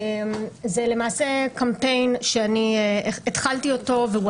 זה למעשה קמפיין שאני התחלתי אותו והוא